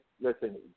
listen